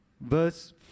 verse